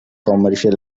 commercial